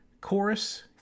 Chorus